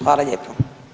Hvala lijepo.